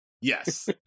Yes